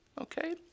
okay